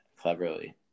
cleverly